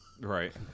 Right